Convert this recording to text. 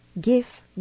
Give